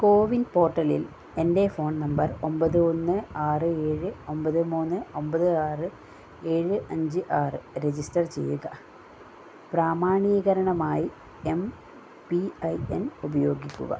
കോവിൻ പോർട്ടലിൽ എൻ്റെ phone number ഒമ്പത് ഒന്ന് ആറ് ഏഴ് ഒമ്പത് മൂന്ന് ഒമ്പത് ആറ് ഏഴ് അഞ്ച് ആറ് രജിസ്റ്റർ ചെയ്യുക പ്രാമാണീകരണമായി എം പി ഐ എൻ ഉപയോഗിക്കുക